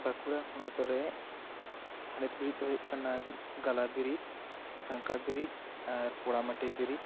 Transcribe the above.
ᱵᱟᱸᱠᱩᱲᱟ ᱦᱚᱱᱚᱛ ᱨᱮ ᱛᱷᱟᱱᱤᱛ ᱵᱤᱨᱤᱫ ᱫᱚ ᱦᱩᱭᱩᱜ ᱠᱟᱱᱟ ᱜᱟᱞᱟᱵᱤᱨᱤᱫ ᱥᱟᱝᱠᱟᱵᱤᱨᱤᱫ ᱟᱨ ᱠᱚᱲᱟᱢ ᱟᱴᱮᱫ ᱵᱤᱨᱤᱫ